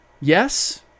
yes